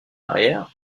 arrière